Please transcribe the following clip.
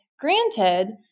Granted